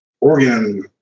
Oregon